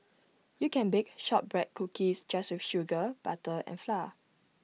you can bake Shortbread Cookies just with sugar butter and flour